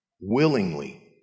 willingly